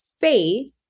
faith